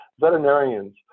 veterinarians